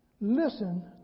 listen